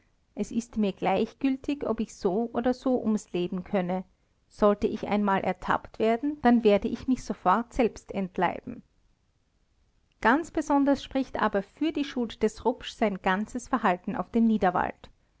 es ist mir gleichgültig ob ich so oder so ums leben komme sollte ich einmal ertappt werden dann werde ich mich sofort selbst entleiben ganz besonders spricht aber für die schuld des rupsch sein ganzes verhalten auf dem niederwald